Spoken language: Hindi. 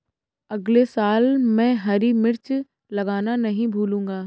अगले साल मैं हरी मिर्च लगाना नही भूलूंगा